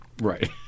right